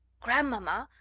grandmamma,